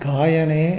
गायने